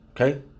Okay